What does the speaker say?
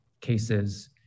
cases